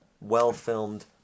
well-filmed